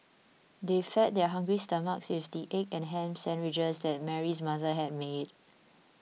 they fed their hungry stomachs with the egg and ham sandwiches that Mary's mother had made